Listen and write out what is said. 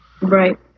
Right